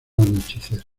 anochecer